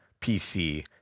PC